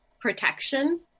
protection